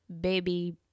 Baby